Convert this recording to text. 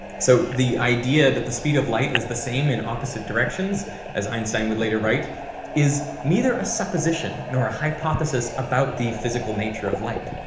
so the idea that the speed of light is the same in opposite directions as einstein would later write is neither a supposition nor a hypothesis about the physical nature of light,